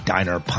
Diner